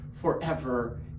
forever